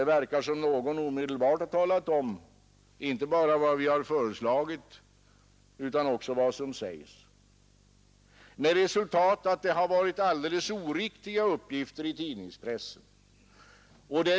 Det förefaller som om någon omedelbart har talat om inte bara vad vi har föreslagit utan också vad som har sagts där. Resultatet har blivit alldeles oriktiga uppgifter i tidningspressen.